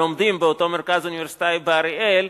שלומדים באותו מרכז אוניברסיטאי באריאל,